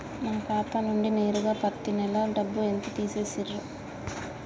నా ఖాతా నుండి నేరుగా పత్తి నెల డబ్బు ఎంత తీసేశిర్రు?